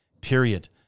period